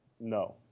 no